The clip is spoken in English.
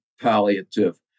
palliative